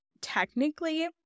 technically